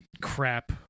crap